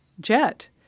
jet